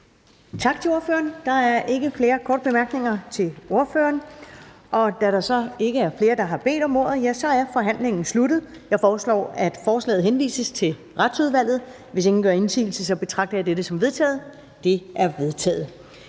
Tak til ordføreren. Der er ikke flere korte bemærkninger til ordføreren. Da der ikke er flere, der har bedt om ordet, er forhandlingen sluttet. Jeg foreslår, at forslaget henvises til Retsudvalget. Hvis ingen gør indsigelse, betragter jeg det som vedtaget. Det er vedtaget.